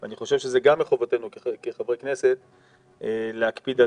ואני חושב שגם מחובתנו כחברי כנסת להקפיד על